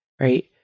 right